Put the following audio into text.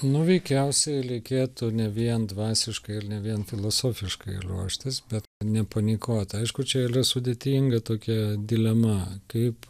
nu veikiausiai reikėtų ne vien dvasiškai ir ne vien filosofiškai ruoštis bet nepanikuot aišku čia yra sudėtinga tokia dilema kaip